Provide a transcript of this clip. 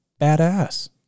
badass